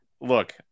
look